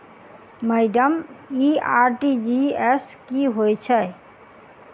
Madam इ RTGS की होइ छैय?